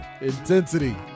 intensity